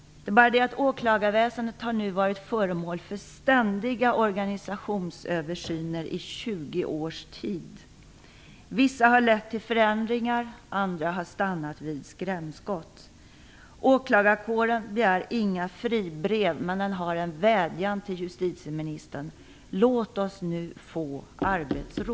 Det är bara det att åklagarväsendet nu har varit föremål för ständiga organisationsöversyner i 20 års tid. Vissa har lett till förändringar, andra har stannat vid skrämskott. Åklagarkåren begär inga fribrev, men den har en vädjan till justitieministern: Låt oss nu få arbetsro!